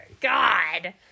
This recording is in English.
god